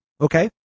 Okay